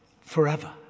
forever